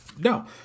no